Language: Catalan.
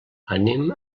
anem